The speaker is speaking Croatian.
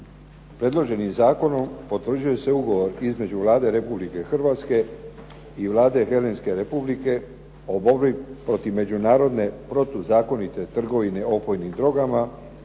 Predloženim zakonom potvrđuje se ugovor između Vlade Republike Hrvatske i Vlade Helenske Republike o borbi protiv međunarodne protuzakonite trgovine opojnim drogama